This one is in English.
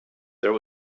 there